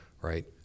Right